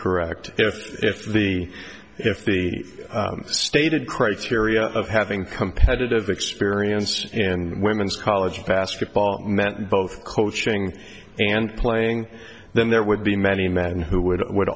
correct if the if the stated criteria of having competitive experience and women's college basketball meant both coaching and playing then there would be many men who would would